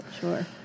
sure